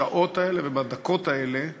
בשעות האלה ובדקות האלה בעזה,